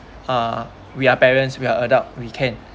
uh we are parents we are adult we can